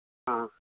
हाँ